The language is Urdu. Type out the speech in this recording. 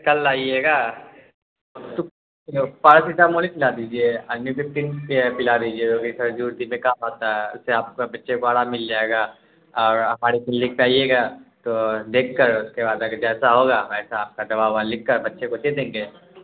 کل آئیے گا پیرسیٹامول ہی کھلا دیجیے ارنی ففٹن پلا دیجیے جو کہ سردی وردی میں کام آتا ہے اس سے آپ کا بچے کو آرام مل جائے گا اور ہمارے کلینک پہ آئیے گا تو دیکھ کر اس کے بعد اگر جیسا ہوگا ویسا آپ کا دوا ووا لکھ کر بچے کو دے دیں گے